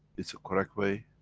it's a correct way,